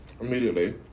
immediately